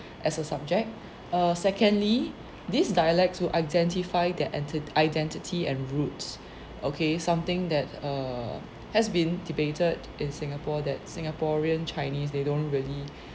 as a subject err secondly this dialect to identify their entit~ identity and roots okay something that err has been debated in singapore that singaporean chinese they don't really